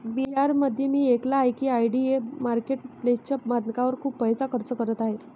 बिहारमध्ये मी ऐकले आहे की आय.डी.ए मार्केट प्लेसच्या बांधकामावर खूप पैसा खर्च करत आहे